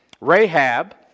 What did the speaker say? Rahab